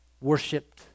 worshipped